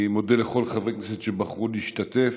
אני מודה לכל חברי הכנסת שבחרו להשתתף,